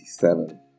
1987